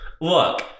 Look